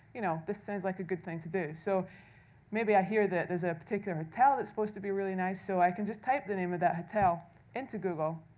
you know this sounds like a good thing to do. so maybe i hear that there's a particular hotel that's supposed to be really nice, so i can just type the name of that hotel into google.